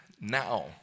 now